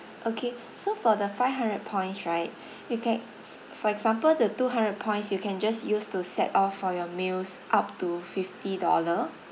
okay so for the five hundred points right you can for example the two hundred points you can just use to set off for your meals up to fifty dollar